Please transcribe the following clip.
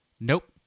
Nope